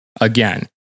again